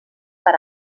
per